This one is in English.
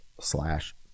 slash